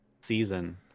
season